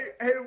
Hey